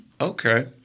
Okay